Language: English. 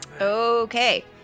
Okay